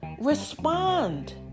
Respond